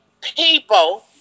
people